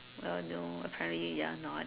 oh no apparently ya not